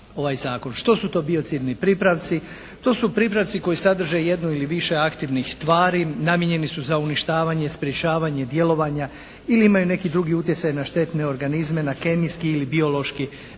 Što su to biocidni pripravci? To su pripravci koji sadrže jednu ili više aktivnih tvari. Namijenjeni su za uništavanje, sprječavanje djelovanja ili imaju neki drugi utjecaj na štetne organizme na kemijski ili biološki